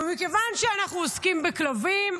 ומכיוון שאנחנו עוסקים בכלבים,